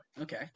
Okay